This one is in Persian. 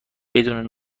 بدون